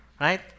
Right